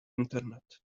internet